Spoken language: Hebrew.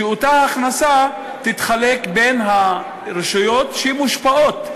שאותה הכנסה תתחלק בין הרשויות שמושפעות,